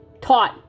taught